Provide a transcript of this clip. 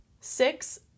Six